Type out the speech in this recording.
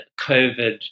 COVID